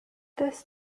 this